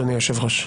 אדוני היושב-ראש.